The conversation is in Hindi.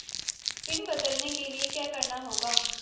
पिन बदलने के लिए क्या करना होगा?